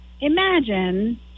imagine